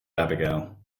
abigail